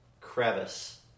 crevice